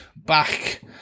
back